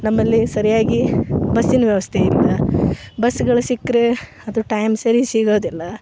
ನಮ್ಮಲ್ಲಿ ಸರಿಯಾಗಿ ಬಸ್ಸಿನ ವ್ಯವಸ್ಥೆ ಇಲ್ಲ ಬಸ್ಸುಗಳು ಸಿಕ್ಕರೆ ಅದು ಟೈಮ್ ಸರಿಗೆ ಸಿಗೋದಿಲ್ಲ